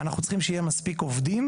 אנחנו צריכים שיהיו מספיק עובדים,